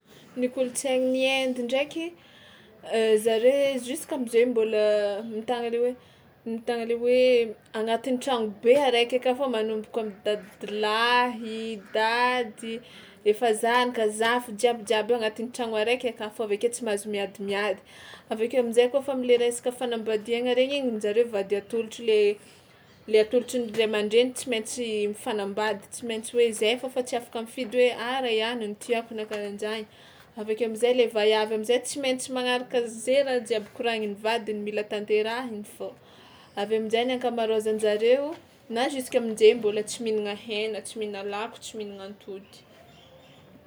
Ny kolontsain'ny Inde ndraiky zare jusk'am'zay mbôla mitana le hoe mitana le hoe anatin'ny tragnobe araiky aka fao manomboko am'dadilahy, dady, efa zanaka, zafy jiabijiaby io agnatin'ny tragno araiky aka fô avy ake tsy mahazo miadimiady; avy akeo am'zay kaofa am'le resaka fanambadiagna regny igny an-jareo vady atolotra le le atolotry ny ray aman-dreny tsy maintsy mifanambady tsy maintsy hoe zay fao fa tsy afaka mifidy hoe: ah, ray ihany ny tiàko na karahan-jany, avy akeo am'zay le vaiavy am'zay tsy maintsy magnaraka an'zay raha jiaby koragnin'ny vadiny mila tanterahiny fao, avy eo amin-jay ny ankamaroazan-jareo na jusk'amin-jay mbôla tsy mihinagna hena, tsy mihina lako, tsy mihinagna atôdy.